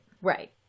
Right